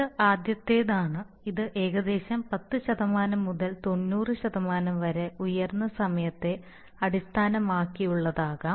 ഇത് ആദ്യത്തേതാണ് ഇത് ഏകദേശം പത്തു ശതമാനം മുതൽ തൊണ്ണൂറു ശതമാനം വരെ ഉയരുന്ന സമയത്തെ അടിസ്ഥാനമാക്കിയുള്ളതാകാം